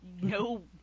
no